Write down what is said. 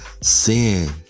Sin